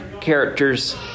characters